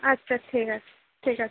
আচ্ছা ঠিক আছে ঠিক আছে